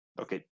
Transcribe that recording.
Okay